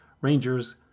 Rangers